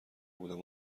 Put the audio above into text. بودم